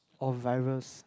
or virus